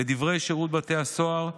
לדברי שירות בתי הסוהר,